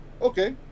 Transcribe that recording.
okay